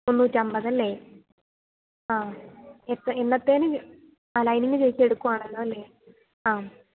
മുന്നൂറ്റിയമ്പത് അല്ലേ ആ എപ്പോള് എന്നത്തേതിന് ലൈനിങ് ചേച്ചി എടുക്കുകയാണല്ലോ അല്ലേ ആ